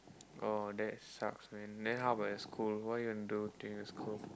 oh that sucks man then how about that school what are you going to do in the school